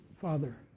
father